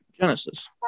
genesis